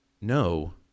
no